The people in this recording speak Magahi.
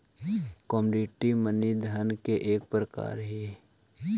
कमोडिटी मनी धन के एक प्रकार हई